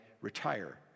retire